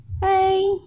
hey